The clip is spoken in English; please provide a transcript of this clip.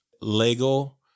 LEGO